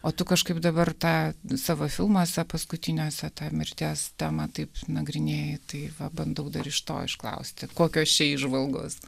o tu kažkaip dabar tą savo filmuose paskutiniuose tą mirties temą taip nagrinėji tai va bandau dar iš to išklausti kokios čia įžvalgos